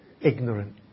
ignorant